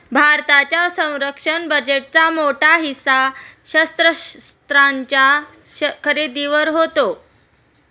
भारताच्या संरक्षण बजेटचा मोठा हिस्सा शस्त्रास्त्रांच्या खरेदीवर जातो